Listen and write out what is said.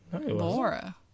Laura